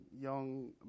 young